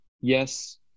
yes –